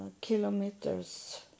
kilometers